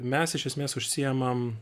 mes iš esmės užsiimam